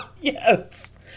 Yes